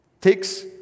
takes